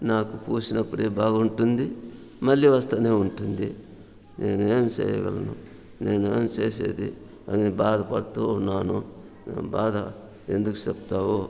నాకు పూసినప్పుడే బాగుంటుంది మళ్ళీ వస్తూనే ఉంటుంది నేను ఏమి చేయగలను నేనేమి చేసేది అని బాధపడుతూ ఉన్నాను నా బాధ ఎందుకు చెప్తావో